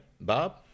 Bob